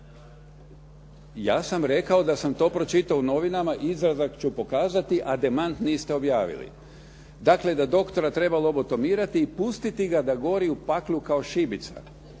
Ja sam rekao da sam to pročitao u novinama, izrezak ću pokazati a demant niste objavili. Dakle, da doktora treba lobotomirati i pustiti ga da gori u paklu kao šibica.